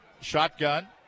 shotgun